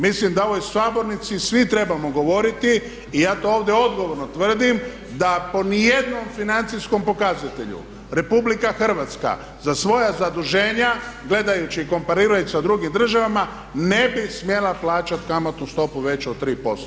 Mislim da u ovoj sabornici svi trebamo govoriti i ja to ovdje odgovorno tvrdim da po niti jednom financijskom pokazatelju RH za svoja zaduženja gledajući i komparirajući sa drugim državama ne bi smjela plaćati kamatnu stopu veću od 3%